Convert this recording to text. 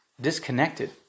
disconnected